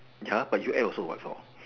ya but you ate also what all